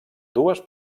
dues